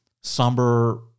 somber